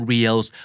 Reels